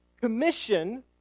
commission